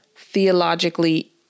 theologically